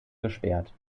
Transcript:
gesperrt